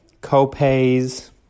co-pays